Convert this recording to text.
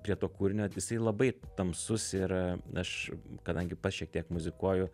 prie to kūrinio jisai labai tamsus ir aš kadangi pats šiek tiek muzikuoju